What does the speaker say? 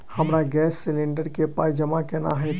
हमरा gas cylinder केँ पाई जमा केना हएत?